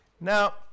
Now